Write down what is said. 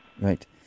Right